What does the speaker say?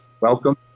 Welcome